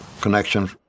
connection